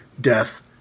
death